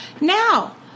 Now